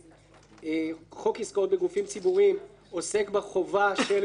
חוק עסקאות בגופים ציבוריים עוסק בחובה של גוף לא